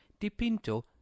dipinto